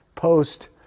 Post